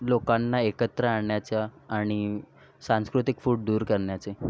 लोकांना एकत्र आणण्याचा आणि सांस्कृतिक फूट दूर करण्याचे